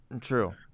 True